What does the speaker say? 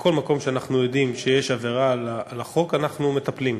בכל מקום שאנחנו יודעים שיש עבירה על החוק אנחנו מטפלים.